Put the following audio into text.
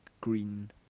green